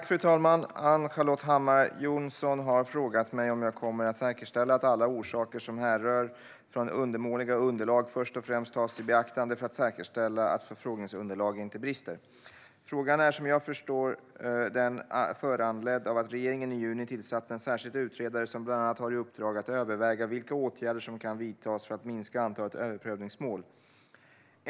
Fru talman! Ann-Charlotte Hammar Johnsson har frågat mig om jag kommer att säkerställa att alla orsaker som härrör från undermåliga underlag först och främst tas i beaktande för att säkerställa att förfrågningsunderlag inte brister. Frågan är som jag förstår den föranledd av att regeringen i juni tillsatte en särskild utredare som bland annat har i uppdrag att överväga vilka åtgärder som kan vidtas för att minska antalet överprövningsmål.